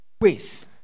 ways